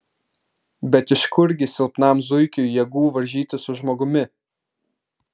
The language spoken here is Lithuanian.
bet iš kurgi silpnam zuikiui jėgų varžytis su žmogumi